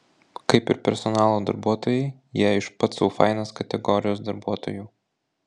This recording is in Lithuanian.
kaip ir personalo darbuotojai jie iš pats sau fainas kategorijos darbuotojų